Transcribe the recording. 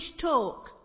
talk